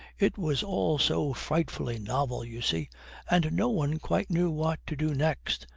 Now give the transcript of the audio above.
it was all so frightfully novel, you see and no one quite knew what to do next,